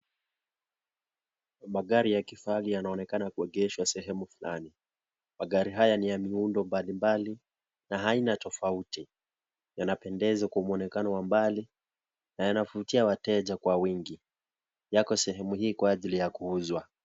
Magari ya kifahari yanaonekana kuegeshwa sehemu fulani magari haya ni ya muundo mbalimbali na aina tofauti yanapendeza kwa mwonekano wa mbali na yanavutia .Yako mahali kwa ajili ya kuuzwa.